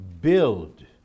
build